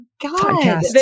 god